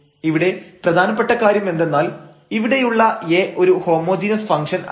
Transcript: ഇവിടെ പ്രധാനപ്പെട്ട കാര്യം എന്തെന്നാൽ ഇവിടെയുള്ള a ഒരു ഹോമോജീനസ് ഫംഗ്ഷൻ അല്ല